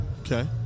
Okay